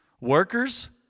Workers